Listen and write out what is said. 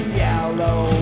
yellow